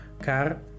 car